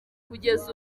kugeza